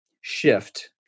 shift